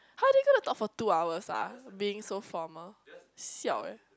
how do you going to talk for two hours ah being so formal siao eh